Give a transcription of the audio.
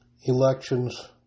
Elections